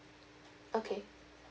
okay